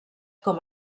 com